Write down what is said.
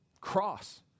cross